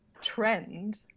trend